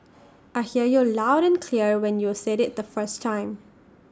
I heard you loud and clear when you said IT the first time